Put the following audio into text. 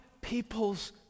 people's